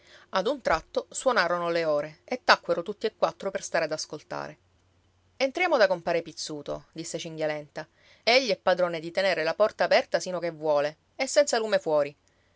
ad un tratto suonarono le ore e tacquero tutti e quattro per stare ad ascoltare entriamo da compare pizzuto disse cinghialenta egli è padrone di tenere la porta aperta sino che vuole e senza lume fuori